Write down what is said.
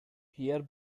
pierre